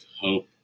hope